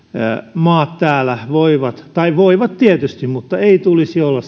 maat täällä voivat tai voivat tietysti mutta maiden ei tulisi olla